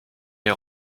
est